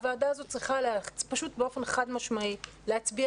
הוועדה הזאת צריכה פשוט באופן חד משמעי להצביע